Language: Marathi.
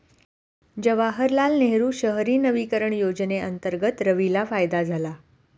जवाहरलाल नेहरू शहरी नवीकरण योजनेअंतर्गत रवीला फायदा झाला